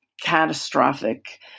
catastrophic